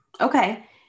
okay